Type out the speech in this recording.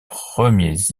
premiers